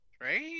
right